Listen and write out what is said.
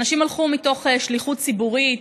אנשים הלכו מתוך שליחות ציבורית,